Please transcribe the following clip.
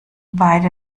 beide